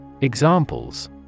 Examples